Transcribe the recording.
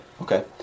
Okay